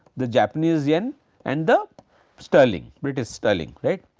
the japanese yen and the sterling british sterling right.